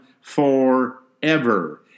forever